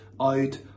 out